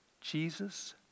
Jesus